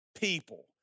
people